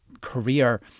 career